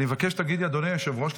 אני מבקש שתגידי: "אדוני היושב-ראש,